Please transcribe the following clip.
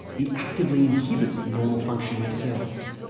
it actively inhibits the normal functioning of cells.